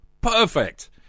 Perfect